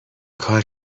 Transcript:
کار